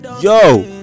yo